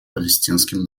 палестинским